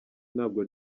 ntabwo